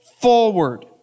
forward